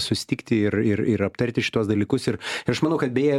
susitikti ir ir ir aptarti šituos dalykus ir ir aš manau kad beje